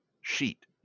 sheet